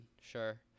sure